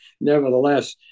nevertheless